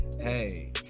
Hey